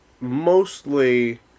mostly